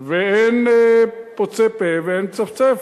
ואין פוצה פה ואין מצפצף.